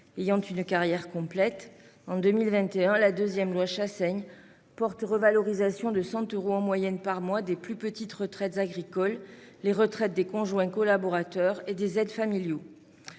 ayant une carrière complète. En 2021, la deuxième loi Chassaigne porte revalorisation de 100 euros en moyenne par mois des plus petites retraites agricoles, des retraites des conjoints collaborateurs et des aidants familiaux.